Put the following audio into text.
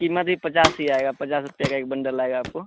कीमत यह पचास ही आएगा पचास रुपये का एक बंडल आएगा आपको